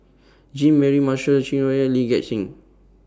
Jean Mary Marshall Chai Hon Yoong Lee Gek Seng